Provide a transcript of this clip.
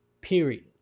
Period